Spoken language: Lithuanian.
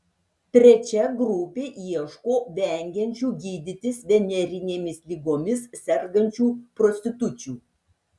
trečia grupė ieško vengiančių gydytis venerinėmis ligomis sergančių prostitučių